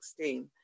2016